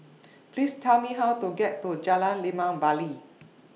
Please Tell Me How to get to Jalan Limau Bali